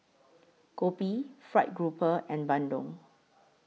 Kopi Fried Grouper and Bandung